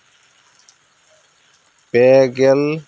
ᱯᱮᱜᱮᱞ